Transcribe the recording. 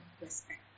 respect